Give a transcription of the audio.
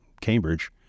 Cambridge